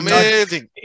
Amazing